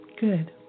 Good